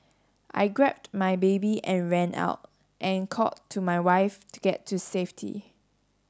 I grabbed my baby and ran out and called to my wife to get to safety